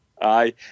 Aye